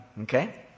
okay